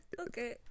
okay